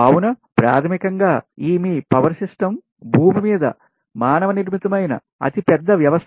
కావున ప్రాథమికం గా ఈ మీ పవర్ సిస్టం భూమి మీద మానవ నిర్మితమైన అతి పెద్ద వ్యవస్థ